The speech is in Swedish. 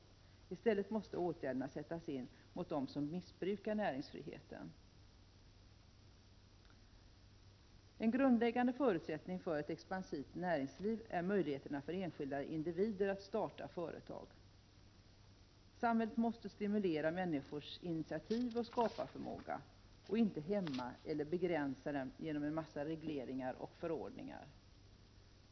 I stället måste åtgärderna sättas in mot dem som missbrukar näringsfriheten. En grundläggande förutsättning för ett expansivt näringsliv är möjligheterna för enskilda individer att starta företag. Samhället måste stimulera människors initiativoch skaparförmåga och inte hämma eller begränsa den genom en mängd regleringar och förordningar.